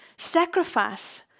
Sacrifice